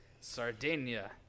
Sardinia